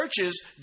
churches